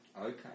Okay